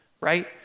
right